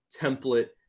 template